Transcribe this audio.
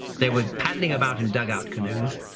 they were paddling about in dugout canoes,